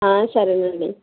సరేనండి